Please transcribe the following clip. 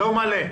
לא מלא.